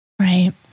Right